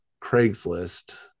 Craigslist